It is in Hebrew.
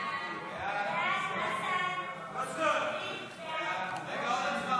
סעיפים 1 32